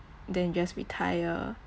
then just retire